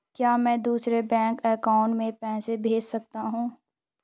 क्या मैं दूसरे बैंक अकाउंट में पैसे भेज सकता हूँ?